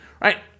right